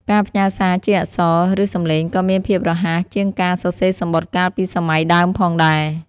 ការផ្ញើរសារជាអក្សរ ឬ សម្លេងក៏មានភាពរហ័សជាងការសរសេរសំបុត្រកាលពីសម័យដើមផងដែរ។